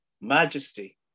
majesty